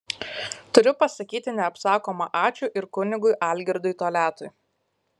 turiu pasakyti neapsakoma ačiū ir kunigui algirdui toliatui